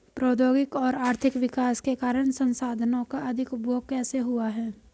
प्रौद्योगिक और आर्थिक विकास के कारण संसाधानों का अधिक उपभोग कैसे हुआ है?